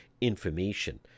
information